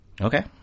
okay